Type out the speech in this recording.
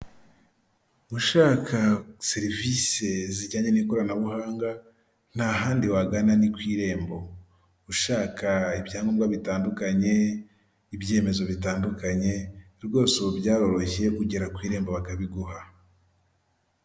Ushaka serivise zijyanye n'ikoranabuhanga, nta handi wagana ni ku irembo. Ushaka ibyangombwa bitandukanye, ibyemezo bitandukanye rwose ubu byaroroshye ugera ku irembo bakabiguha.